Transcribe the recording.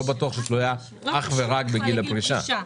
לא בטוח שהיא תלויה אך ורק בגיל הפרישה.